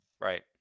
Right